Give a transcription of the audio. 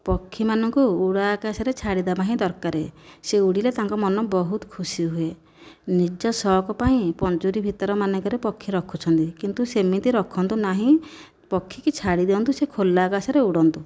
ପକ୍ଷୀ ମାନଙ୍କୁ ଉଡ଼ା ଆକାଶରେ ଛାଡ଼ିଦେବା ହିଁ ଦରକାର ସେ ଉଡ଼ିଲେ ତାଙ୍କ ମନ ବହୁତ ଖୁସି ହୁଏ ନିଜ ସଉକ ପାଇଁ ପଞ୍ଜୁରୀ ମାନଙ୍କରେ ପକ୍ଷୀ ରଖୁଛନ୍ତି କିନ୍ତୁ ସେମିତି ରଖନ୍ତୁ ନାହିଁ ପକ୍ଷୀ କି ଛାଡ଼ି ଦିଅନ୍ତୁ ସେ ଖୋଲା ଆକାଶରେ ଉଡ଼ନ୍ତୁ